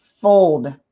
fold